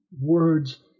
words